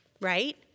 Right